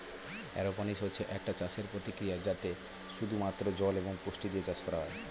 aeroponics হচ্ছে একটা চাষের প্রক্রিয়া যাতে শুধু মাত্র জল এবং পুষ্টি দিয়ে চাষ করা হয়